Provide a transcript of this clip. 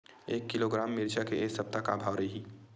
एक किलोग्राम मिरचा के ए सप्ता का भाव रहि?